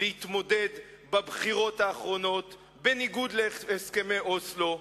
להתמודד בבחירות האחרונות בניגוד להסכמי אוסלו,